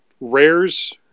Rare's